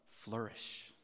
flourish